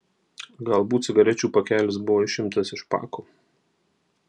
galbūt cigarečių pakelis buvo išimtas iš pako